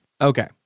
Okay